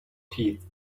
teeth